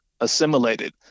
assimilated